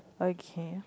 okay